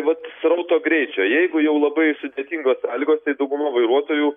vat srauto greičio jeigu jau labai sudėtingos sąlygos tai dauguma vairuotojų